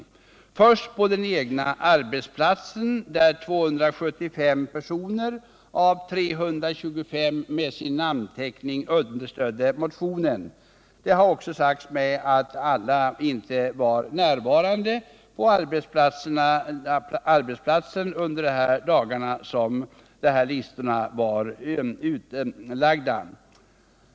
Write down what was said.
Först gjorde man en namninsamling på den egna arbetsplatsen, där 275 av 325 anställda med sin namnteckning understödde motionen. Det har också sagts att alla inte var närvarande på arbetsplatsen under de dagar som dessa listor var utlagda.